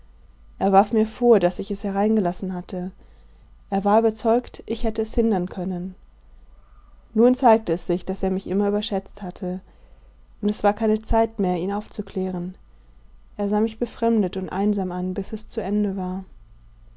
er warf mir vor daß ich es hereingelassen hatte er war überzeugt ich hätte es hindern können nun zeigte es sich daß er mich immer überschätzt hatte und es war keine zeit mehr ihn aufzuklären er sah mich befremdet und einsam an bis es zu ende war